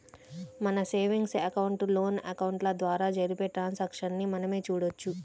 మన savings account, loan అకౌంట్ల ద్వారా జరిపే ట్రాన్సాక్షన్స్ ని మనమే చూడొచ్చు